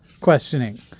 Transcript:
questioning